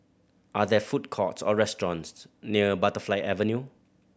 are there food courts or restaurants near Butterfly Avenue